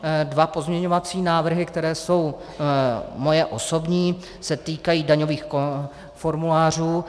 Další dva pozměňovací návrhy, které jsou moje osobní, se týkají daňových formulářů.